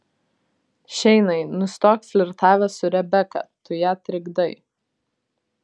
šeinai nustok flirtavęs su rebeka tu ją trikdai